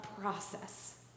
process